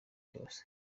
rwose